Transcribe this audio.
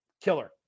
killer